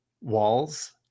walls